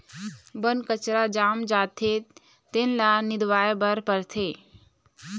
बन कचरा जाम जाथे तेन ल निंदवाए बर परथे